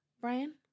Brian